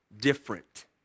different